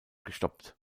gestoppt